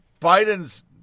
Biden's